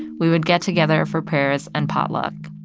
we would get together for prayers and potluck.